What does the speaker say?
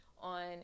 on